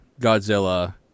Godzilla